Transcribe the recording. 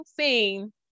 scene